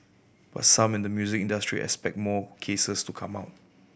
but some in the music industry expect more cases to come out